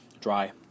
dry